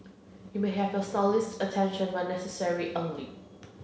you may have your stylist's attention when necessary only